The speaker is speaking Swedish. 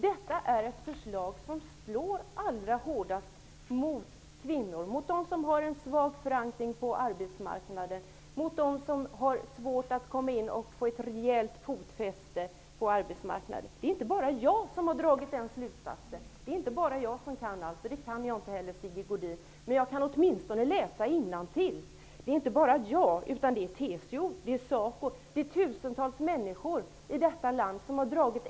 Detta förslag slår allra hårdast mot kvinnor, mot dem som har en svag förankring på arbetsmarknaden och mot dem som har svårt att komma in på arbetsmarknaden och få ett rejält fotfäste där. Det är inte bara jag som har dragit den slutsatsen. Jag kan inte allt, Sigge Godin, men jag kan åtminstone läsa innantill. I TCO och i Saco har man dragit exakt samma slutsatser som jag. Det har tusentals andra människor i detta land också gjort.